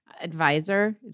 advisor